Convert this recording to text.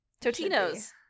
Totino's